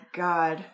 god